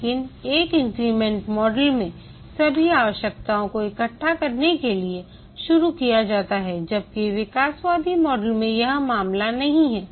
लेकिन एक increment model में सभी आवश्यकताओं को इकट्ठा करने के लिए शुरू किया जाता है जबकि विकासवादी मॉडल में यह मामला नहीं है